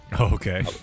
Okay